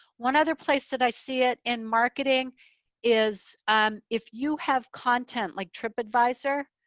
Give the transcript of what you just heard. one other place that i see it in marketing is if you have content like tripadvisor,